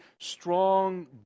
strong